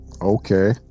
okay